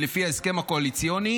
לפי ההסכם הקואליציוני,